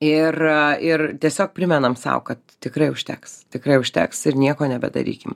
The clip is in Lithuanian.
ir a ir tiesiog primenam sau kad tikrai užteks tikrai užteks ir nieko nebedarykim